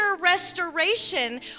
restoration